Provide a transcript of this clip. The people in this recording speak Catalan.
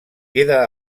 queda